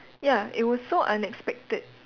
ya it was so unexpected